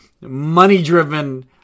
money-driven